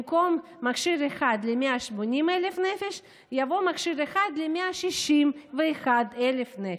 במקום: "מכשיר אחד ל-180,000 נפש" יבוא: "מכשיר אחד ל-161,000 נפש".